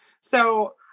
So-